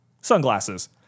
sunglasses